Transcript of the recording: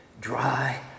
dry